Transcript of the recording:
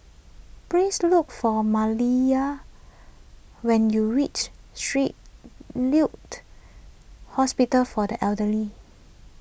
please look for Maliyah when you reach Street Hospital for the Elderly